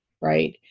right